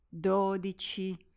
dodici